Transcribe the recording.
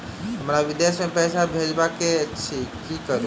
हमरा विदेश मे पैसा भेजबाक अछि की करू?